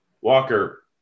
Walker